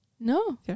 No